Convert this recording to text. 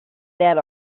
that